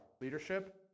Leadership